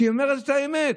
שהיא אומרת את האמת.